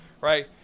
right